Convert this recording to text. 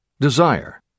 Desire